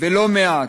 ולא מעט.